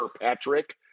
Patrick